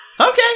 Okay